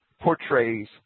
portrays